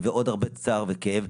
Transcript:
ועוד הרבה צער וכאב.